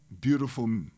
beautiful